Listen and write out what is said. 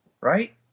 right